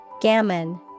Gammon